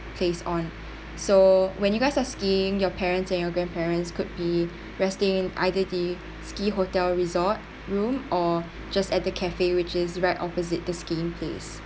place on so when you guys are skiiing your parents and your grandparents could be resting in either the ski hotel resort room or just at the cafe which is right opposite the skiing place